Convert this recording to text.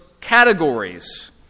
categories